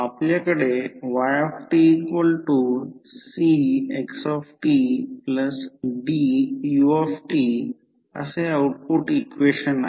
आपल्याकडे ytCxtDut असे output equation आहे